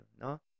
no